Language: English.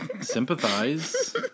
sympathize